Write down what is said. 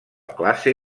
classe